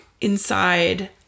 inside